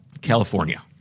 California